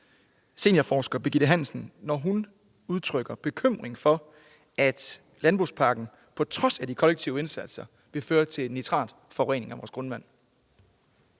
seniorforsker Birgitte Hansen, når hun udtrykker bekymring for, at landbrugspakken på trods af de kollektive indsatser vil føre til nitratforurening af vores grundvand?